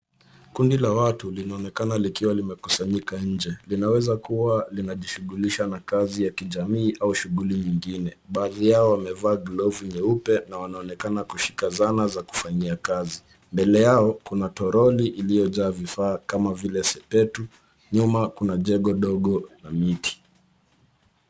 Kundi la Iinaonekana likiwa limekusanyika nje linaweza kuwa linajishughulisha na kazi ya kijamii au shughuli nyingine, baadhi yao wamevaa glovu nyeupe na wanaonekana kushika zana za kufanyia kazi, mbele yao kuna toroli iliyojaa vifaa kama vile sepetu nyuma kuna jengo dogo na miti.